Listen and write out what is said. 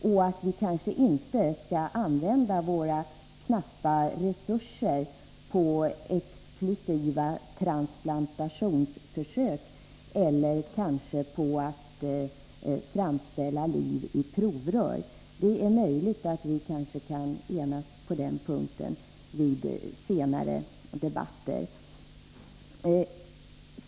Vi skall kanske inte använda våra knappa resurser på exklusiva transplantationsförsök eller på att framställa liv i provrör. Det är möjligt att vi kan enas på den punkten i senare debatter.